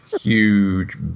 huge